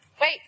Wait